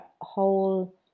whole